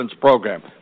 program